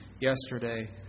yesterday